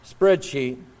Spreadsheet